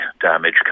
damage